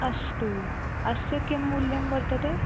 अस्तु अस्य किं मूल्यं वर्तते